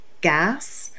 gas